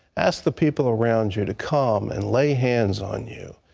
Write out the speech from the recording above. ask the people around you to come and lay hands on you.